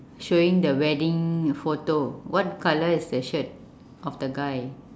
showing the wedding photo what colour is the shirt of the guy